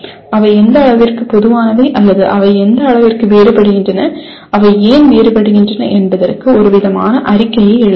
அவை எந்த அளவிற்கு பொதுவானவை அல்லது அவை எந்த அளவிற்கு வேறுபடுகின்றன அவை ஏன் வேறுபடுகின்றன என்பதற்கு ஒருவிதமான அறிக்கையை எழுதுங்கள்